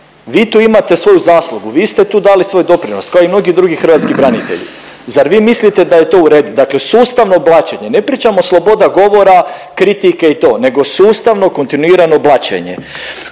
Vi tu imate svoju zaslugu, vi ste tu dali svoj doprinos, kao i mnogi drugi hrvatski branitelji. Zar vi mislite da je to u redu, dakle sustavno blaćenje, ne pričamo sloboda govora, kritike i to nego sustavno kontinuirano blaćenje.